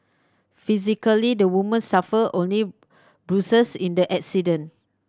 physically the woman suffered only bruises in the accident